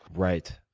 right.